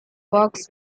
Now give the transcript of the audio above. works